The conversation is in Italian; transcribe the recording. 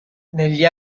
negli